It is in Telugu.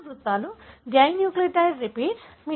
పునరావృత్తులు డైన్యూక్లియోటైడ్ రిపీట్స్